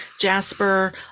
Jasper